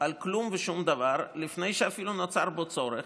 על כלום ושום דבר לפני שאפילו נוצר בו צורך.